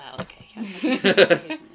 okay